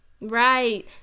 Right